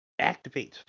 activates